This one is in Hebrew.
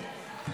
אני